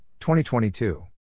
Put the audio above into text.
2022